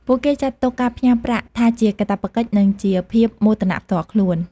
ពួកគេចាត់ទុកការផ្ញើប្រាក់ថាជាកាតព្វកិច្ច និងជាភាពមោទនផ្ទាល់ខ្លួន។